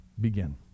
begin